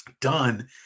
done